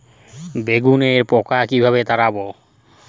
বেগুনের পোকা কিভাবে তাড়াব?